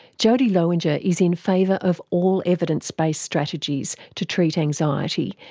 jodie lowinger is in favour of all evidence-based strategies to treat anxiety,